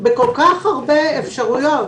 בכל כך הרבה אפשרויות.